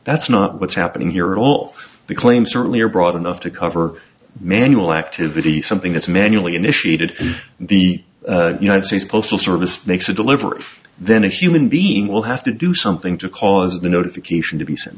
that's not what's happening here all the claims certainly are broad enough to cover manual activity something that's manually initiated the united states postal service makes a delivery then a human being will have to do something to cause the notification to be sent